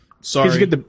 sorry